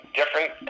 different